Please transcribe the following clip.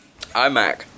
iMac